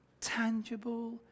tangible